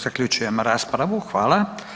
Zaključujem raspravu, hvala.